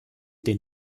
den